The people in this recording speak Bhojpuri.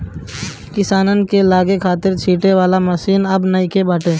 किसानन के लगे खाद छिंटे वाला मशीन अबे नाइ बाटे